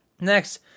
Next